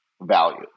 value